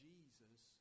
Jesus